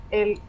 el